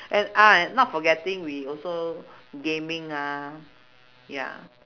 and ah not forgetting we also gaming ah ya